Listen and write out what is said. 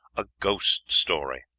a ghost story.